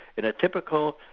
in a typical